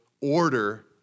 order